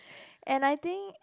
and I think